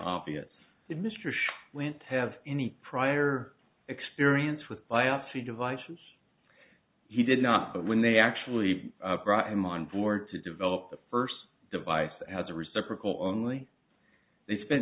obvious to mr shaw went to have any prior experience with biopsy devices he did not but when they actually brought him on board to develop the first device as a reciprocal only they spent